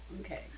Okay